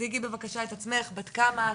תציגי בבקשה את עצמך, בת כמה את?